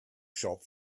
shop